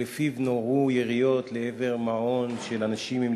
שבו נורו יריות לעבר מעון של אנשים עם